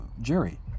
jury